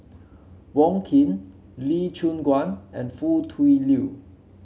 Wong Keen Lee Choon Guan and Foo Tui Liew